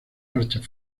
marchas